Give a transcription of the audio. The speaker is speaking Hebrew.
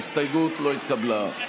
ההסתייגות לא התקבלה.